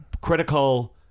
critical